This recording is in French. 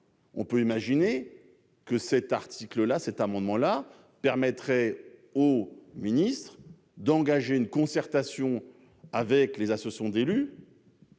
On peut imaginer que l'adoption de notre amendement permettrait au ministre d'engager une concertation avec les associations d'élus